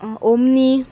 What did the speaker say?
omni